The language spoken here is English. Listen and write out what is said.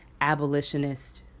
abolitionist